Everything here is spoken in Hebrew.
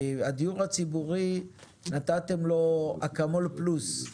הדיור הציבורי נתתם לו אקמול פלוס,